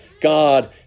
God